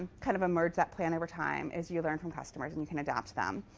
kind of emerge that plan over time as you learn from customers, and you can adapt to them.